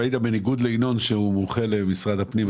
בניגוד לינון שהוא מומחה למשרד הפנים,